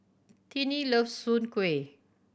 Tiney loves Soon Kueh